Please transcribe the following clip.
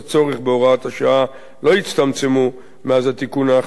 בהוראת השעה לא הצטמצמו מאז התיקון האחרון,